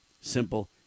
simple